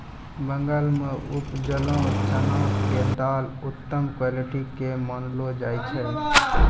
बंगाल मॅ उपजलो चना के दाल उत्तम क्वालिटी के मानलो जाय छै